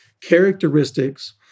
characteristics